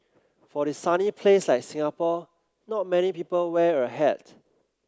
for a sunny place like Singapore not many people wear a hat